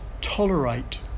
tolerate